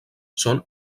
són